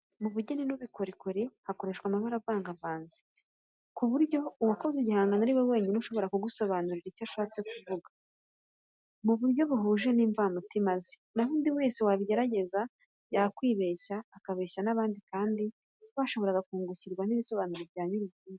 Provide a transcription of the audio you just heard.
Mu bugeni n'ubukorikori hakoreshwa amabara avangavanze, mu buryo uwakoze igihangano ari we wenyine ushobora kugusobanuria icyo yashatse kuvuga, mu buryo buhuje n'imvamutima ze, na ho undi wese wabigerageza, yakwibeshya, akabeshya n'abandi kandi bashoboraga kungukirwa n'ibisobanuro bya nyir'ubwite.